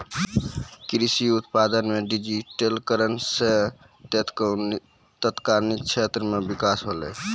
कृषि उत्पादन मे डिजिटिकरण से तकनिकी क्षेत्र मे बिकास होलै